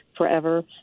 forever